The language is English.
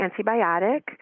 antibiotic